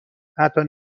حتی